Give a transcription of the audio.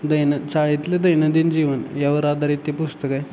दैन चाळीतले दैनंदिन जीवन यावर ते आधारित पुस्तक आहे